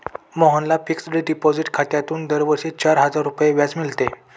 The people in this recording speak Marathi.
मोहनला फिक्सड डिपॉझिट खात्यातून दरवर्षी चार हजार रुपये व्याज मिळते